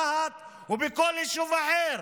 רהט ובכל יישוב אחר.